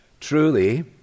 Truly